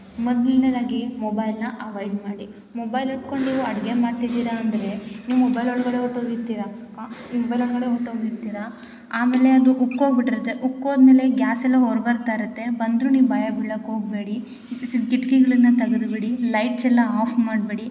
ಮೊದಲ್ನೇದಾಗಿ ಮೊಬೈಲನ್ನ ಅವಾಯ್ಡ್ ಮಾಡಿ ಮೊಬೈಲ್ ಹಿಡ್ಕೊಂಡ್ ನೀವು ಅಡುಗೆ ಮಾಡ್ತಿದ್ದೀರಾ ಅಂದರೆ ನೀವು ಮೊಬೈಲ್ ಒಳಗಡೆ ಹೊಟೋಗಿರ್ತಿರ ಮೊಬೈಲ್ ಒಳಗಡೆ ಹೊಟೋಗಿರ್ತಿರ ಆಮೇಲೆ ಅದು ಉಕ್ಕೋಗಿ ಬಿಟ್ಟಿರತ್ತೆ ಉಕ್ಕೋದ ಮೇಲೆ ಗ್ಯಾಸ್ ಎಲ್ಲ ಹೊರ ಬರ್ತಾ ಇರುತ್ತೆ ಬಂದರೂ ನೀವು ಭಯ ಬೀಳಕ್ಕೆ ಹೋಗ್ಬೇಡಿ ಕಿಟಕಿಗಳನ್ನ ತೆಗದು ಬಿಡಿ ಲೈಟ್ಸ್ ಎಲ್ಲ ಆಫ್ ಮಾಡಿಬಿಡಿ